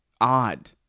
odd